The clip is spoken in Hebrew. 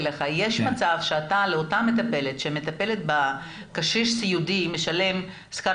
יש מצב שאתה לאותה מטפלת שמטפלת בקשיש סיעודי משלם שכר